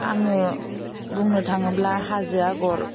आङो बुंनो थाङोब्ला हाजो आगर